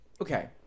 okay